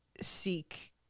seek